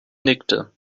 nickte